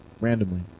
randomly